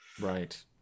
right